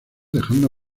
dejando